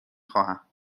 خواهم